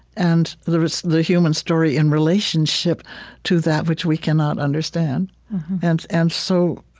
and the the human story in relationship to that which we cannot understand and and so